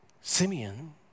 Simeon